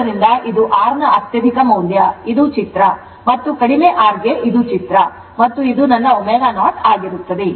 ಆದ್ದರಿಂದ ಇದು R ನ ಅತ್ಯಧಿಕ ಮೌಲ್ಯ ಇದು ಚಿತ್ರ ಮತ್ತು ಕಡಿಮೆ R ಗೆ ಇದು ಚಿತ್ರ ಮತ್ತು ಇದು ನನ್ನ ω0 ಆಗಿರುತ್ತದೆ